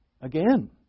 again